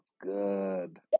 Good